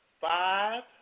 five